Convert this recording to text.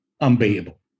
unbeatable